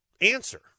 answer